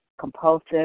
compulsive